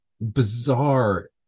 bizarre